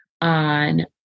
on